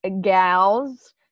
gals